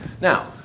Now